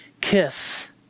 kiss